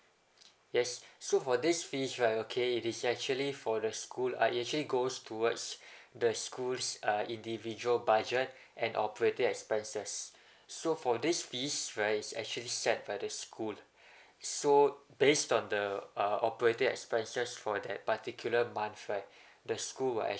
yes so for this fees right okay it is actually for the school uh it actually goes towards the school's uh individual budget and operating expenses so for this fees right it's actually set by the school so based on the uh operating expenses for that particular month right the school will